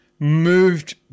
moved